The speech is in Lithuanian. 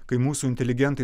kai mūsų inteligentai